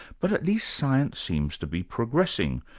but at least science seems to be progressing.